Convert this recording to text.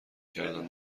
کردن